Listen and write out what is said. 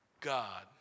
God